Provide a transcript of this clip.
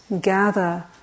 gather